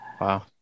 Wow